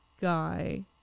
guy